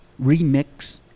remix